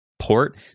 port